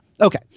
Okay